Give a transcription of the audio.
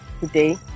today